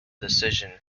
decision